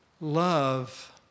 love